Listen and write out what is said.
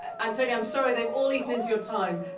antonio i'm sorry, they've all eaten into your time.